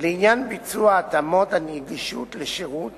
לעניין ביצוע התאמות נגישות לשירות